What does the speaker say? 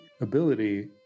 ability